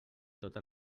tota